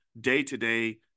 day-to-day